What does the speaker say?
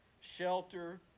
Shelter